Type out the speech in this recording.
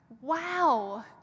Wow